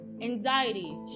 anxiety